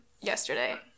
yesterday